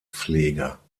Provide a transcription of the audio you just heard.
pfleger